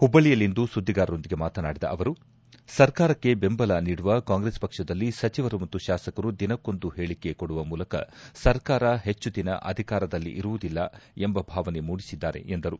ಹುಬ್ಬಳ್ಳಿಯಲ್ಲಿಂದು ಸುದ್ದಿಗಾರರೊಂದಿಗೆ ಮಾತನಾಡಿದ ಅವರು ಸರ್ಕಾರಕ್ಕೆ ಬೆಂಬಲ ನೀಡುವ ಕಾಂಗ್ರೆಸ್ ಪಕ್ಷದಲ್ಲಿ ಸಚಿವರು ಮತ್ತು ಶಾಸಕರು ದಿನಕ್ಕೊಂದು ಹೇಳಿಕೆ ಕೊಡುವ ಮೂಲಕ ಸರ್ಕಾರ ಹೆಚ್ಚು ದಿನ ಅಧಿಕಾರದಲ್ಲಿ ಇರುವುದಿಲ್ಲ ಎಂಬ ಭಾವನೆ ಮೂಡಿಸುತ್ತಿದ್ದಾರೆ ಎಂದರು